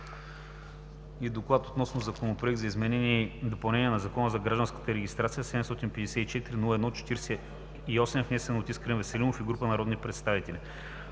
„ДОКЛАД относно Законопроект за изменение и допълнение на Закона за гражданската регистрация, № 754-01-48, внесен от Искрен Веселинов и група народни представители